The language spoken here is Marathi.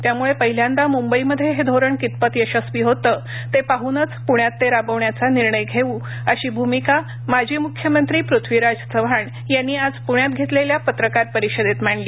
त्यामुळे पहिल्यांदा मुंबईमध्ये हे धोरण कितपत यशस्वी होते ते पाहूनच पुण्यात ते राबवण्याचा निर्णय घेऊ अशी भूमिका माजी मुख्यमंत्री पृथ्वीराज चव्हाण यांनी आज पुण्यात घेतलेल्या पत्रकार परिषदेत मांडली